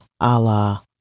Allah